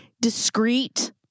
discreet